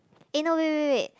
eh no wait wait wait